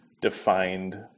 defined